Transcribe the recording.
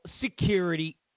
security